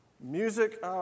music